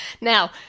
Now